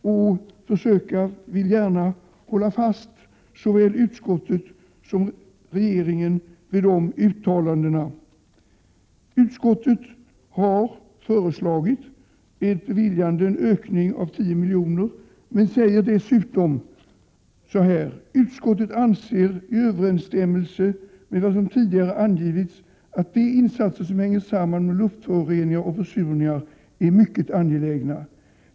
Och jag vill gärna hålla fast såväl utskottet som regeringen vid dessa uttalanden. Utskottet har föreslagit en utökning med 10 milj.kr. Utskottet säger dessutom: Utskottet anser i överensstämmelse med vad som tidigare angivits att de insatser som hänger samman med luftföroreningar och försurning är mycket angelägna.